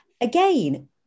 again